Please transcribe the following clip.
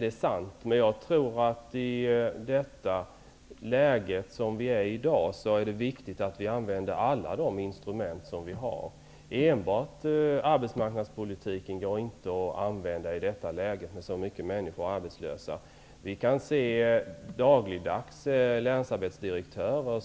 Det är sant. Men jag tror att i det läge som vi i dag befinner oss i är det viktigt att vi använder alla de instrument som vi har. I ett läge när så många människor är arbetslösa går det inte bara att använda arbetsmarknadspolitiken. Dagligen kan vi höra länsarbetsdirektörer